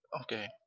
Okay